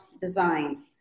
design